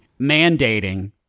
mandating